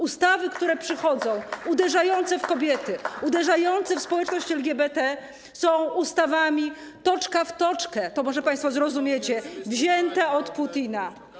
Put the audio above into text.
Ustawy, które przychodzą, uderzające w kobiety, uderzające w społeczność LGBT są ustawami toczka w toczkę - to może państwo zrozumiecie - wziętymi od Putina.